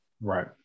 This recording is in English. Right